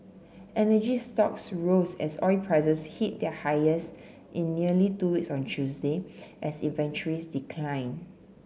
energy stocks rose as oil prices hit their highest in nearly two weeks on Tuesday as inventories declined